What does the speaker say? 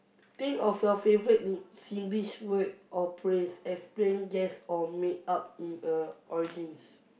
think of your favourite ni~ Singlish word or praise explain guess or make up in uh origins